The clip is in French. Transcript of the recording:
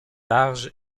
large